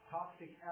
Toxic